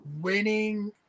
winning